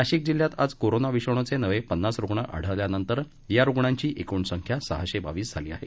नाशिक जिल्ह्यात आज कोरोना विषाणूचे नवे पन्नास रुण आढळल्यानंतर या रुग्णांची एकूण संख्या सहाशे बावीस झाली आहे